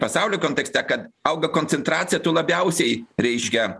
pasaulio kontekste kad auga koncentracija tų labiausiai reiškia